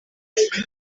hejuru